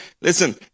Listen